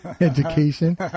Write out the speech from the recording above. education